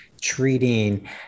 treating